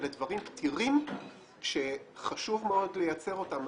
אלה דברים פתירים שחשוב מאוד לייצר אותם.